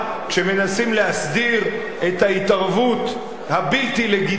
כשמנסים להסדיר את ההתערבות הבלתי לגיטימית